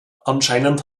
anscheinend